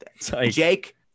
Jake